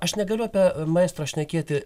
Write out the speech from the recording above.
aš negaliu apie maestro šnekėti